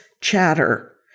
chatter